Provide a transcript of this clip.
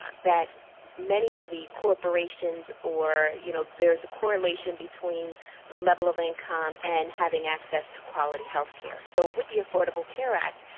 that many of the corporations or you know, there's a correlation between level of income and having access to quality health care. so with the affordable care act,